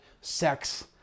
sex